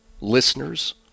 Listeners